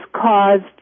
caused